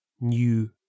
new